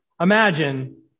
imagine